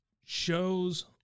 shows